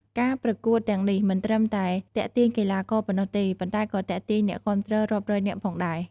ការប្រកួតទាំងនេះមិនត្រឹមតែទាក់ទាញកីឡាករប៉ុណ្ណោះទេ ប៉ុន្តែក៏ទាក់ទាញអ្នកគាំទ្ររាប់រយនាក់ផងដែរ។